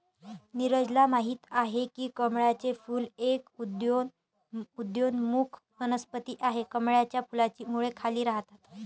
नीरजल माहित आहे की कमळाचे फूल एक उदयोन्मुख वनस्पती आहे, कमळाच्या फुलाची मुळे खाली राहतात